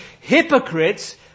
hypocrites